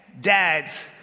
dads